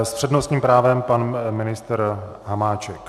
S přednostním právem pan ministr Hamáček.